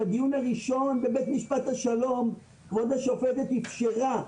בדיון הראשון בבית משפט השלום כבוד השופטת אפשרה